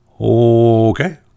Okay